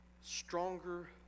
stronger